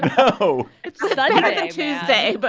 no it's and tuesday but